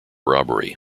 robbery